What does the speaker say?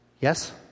Yes